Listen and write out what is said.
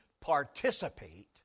participate